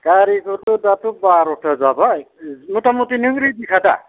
गारिखौथ' दाथ' बार'था जाबाय मथामथि नों रेडिखा दा